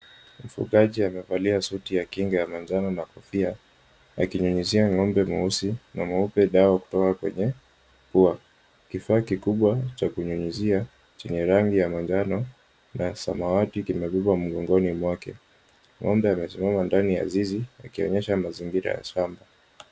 Mfugaji amevalia suti ya kinga ya manjano na kofia akinyunyuzia ng'ombe mweusi na mweupe dawa kutoka kwenye pua. Kifaa kikubwa cha kunyunyuzia chenye rangi ya manjano na samawati kimebebwa mgongoni mwake. Ng'ombe amesimama ndani ya zizi akionyesha mazingira ya shamba.